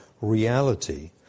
reality